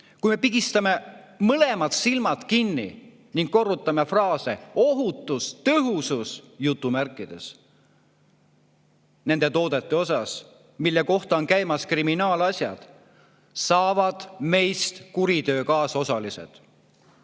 kui me pigistame mõlemad silmad kinni ning korrutame fraase "ohutus", "tõhusus" nende toodete osas, mille kohta on käimas kriminaalasjad, saavad meist kuritöö kaasosalised.